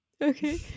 Okay